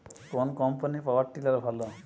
কোন কম্পানির power tiller ভালো?